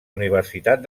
universitat